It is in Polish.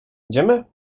idziemy